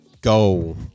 go